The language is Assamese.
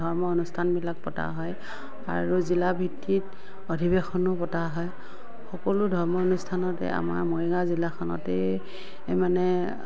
ধৰ্ম অনুষ্ঠানবিলাক পতা হয় আৰু জিলা ভিত্তিত অধিৱেশনো পতা হয় সকলো ধৰ্ম অনুষ্ঠানতে আমাৰ মৰিগাঁও জিলাখনতে মানে